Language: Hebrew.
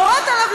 הורדת עליו,